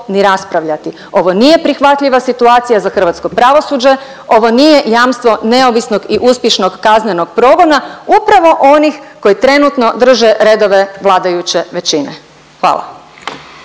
ni raspravljati. Ovo nije prihvatljiva situacija za hrvatsko pravosuđe, ovo nije jamstvo neovisnog i uspješnog kaznenog progona upravo onih koji trenutno drže redove vladajuće većine. Hvala.